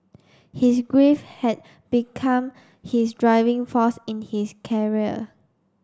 his grief had become his driving force in his